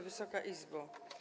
Wysoka Izbo!